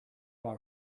our